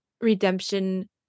redemption